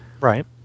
Right